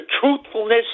truthfulness